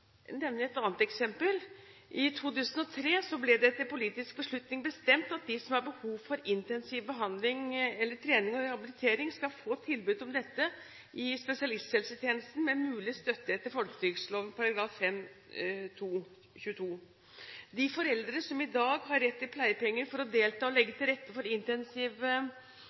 et annet eksempel. I 2003 ble det etter politisk beslutning bestemt at de som har behov for intensiv behandling eller trening og rehabilitering, skal få tilbud om dette i spesialisthelsetjenesten med mulig støtte etter folketrygdloven § 5-22. De foreldre som i dag har rett til pleiepenger for å delta og legge til rette for intensiv